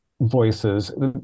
voices